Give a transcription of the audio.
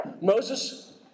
Moses